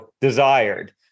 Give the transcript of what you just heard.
desired